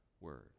word